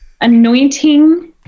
Anointing